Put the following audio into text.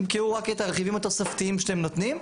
תמכרו רק את הרכיבים התוספתיים שאתם נותנים.